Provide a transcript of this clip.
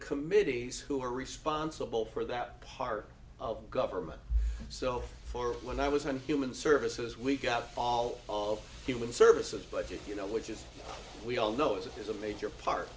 committees who are responsible for that part of government so for when i was in human services week outfall of human services budget you know which is we all know it is a major part